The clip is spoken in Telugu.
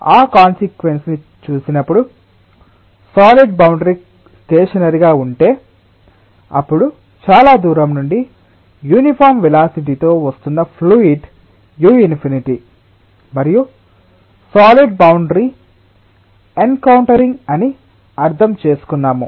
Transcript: కాబట్టి ఆ కాన్సిక్వెన్స్ ని చూసినప్పుడు సాలిడ్ బౌండరీ స్టేషనరిగా ఉంటే అప్పుడు చాలా దూరం నుండి యునిఫార్మ్ వేలాసిటి తో వస్తున్న ఫ్లూయిడ్ u∞ మరియు సాలిడ్ బౌండరీ ఎన్కౌన్టరింగ్ అని అర్థం చేసుకున్నాము